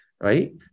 Right